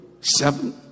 Seven